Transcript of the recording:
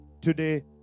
today